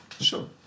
Sure